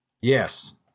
Yes